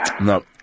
No